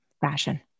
fashion